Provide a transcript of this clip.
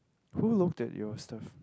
who looked at your stuff